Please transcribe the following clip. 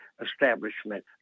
establishment